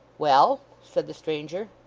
well? said the stranger.